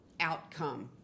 outcome